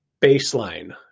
baseline